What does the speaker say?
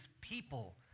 people